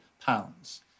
pounds